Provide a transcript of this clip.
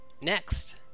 Next